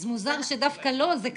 אז מוזר שדווקא לו זה קרה.